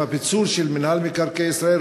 עם הפיצול של מינהל מקרקעי ישראל,